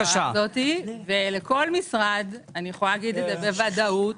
לכל משרד אני אומר בוודאות